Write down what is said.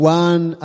one